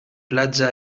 platja